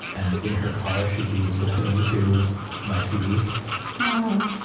and in her car, she'd be listening to my cd oh,